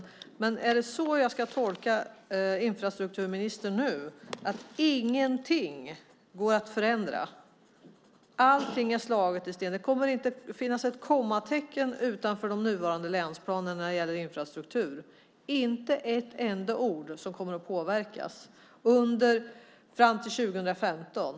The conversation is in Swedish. Frågan är om jag nu ska tolka infrastrukturministern så att ingenting går att förändra, att allt är hugget i sten, att inte ett kommatecken kommer att kunna ändras i de nuvarande länsplanerna vad gäller infrastrukturen, att inte ett enda ord kommer att kunna ändras fram till 2015.